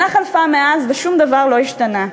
שנה חלפה מאז ושום דבר לא השתנה.